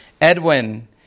Edwin